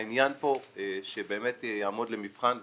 העניין כאן שבאמת יעמוד למבחן,